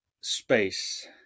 space